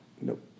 Nope